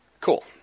Cool